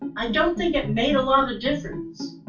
i don't think it made a lot of difference.